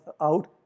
out